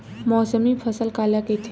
मौसमी फसल काला कइथे?